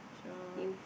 so